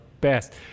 best